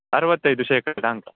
ಅರವತ್ತೈದು ಶೇಖಡ ಅಂಕ